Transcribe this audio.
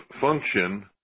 function